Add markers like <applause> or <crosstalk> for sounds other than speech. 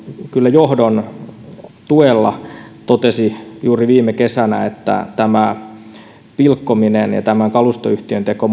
kyllä johdon tuella totesi juuri viime kesänä että muun muassa tämä pilkkominen ja kalustoyhtiön teko <unintelligible>